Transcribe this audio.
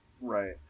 Right